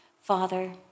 Father